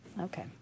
Okay